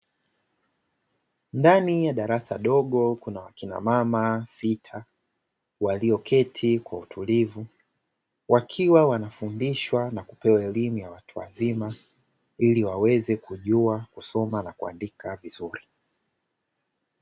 Ndani ya darasa dogo kuna wakina mama sita walioketi kwa utulivu wakiwa wanafundishwa na kupewa elimu ya watu wazima iliwaweze kujua kusoma na kuandika vizuri.